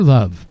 Love